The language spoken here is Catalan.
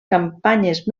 campanyes